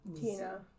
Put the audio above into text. Tina